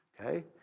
Okay